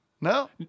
No